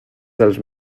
dels